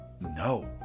no